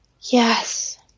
Yes